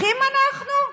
אחים אנחנו?